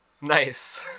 Nice